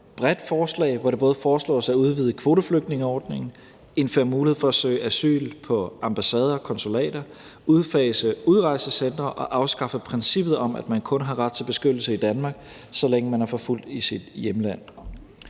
bredt forslag, hvor det både foreslås at udvide kvoteflygtningeordningen, indføre mulighed for at søge asyl på ambassader og konsulater, udfase udrejsecentre og afskaffe princippet om, at man kun har ret til beskyttelse i Danmark, så længe man er forfulgt i sit hjemland.